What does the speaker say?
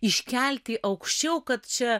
iškelti aukščiau kad čia